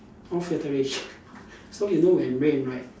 no filtration so you know when rain right